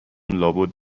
لابد